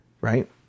right